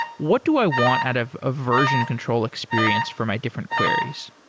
what do i want out of a version control experience for my different queries?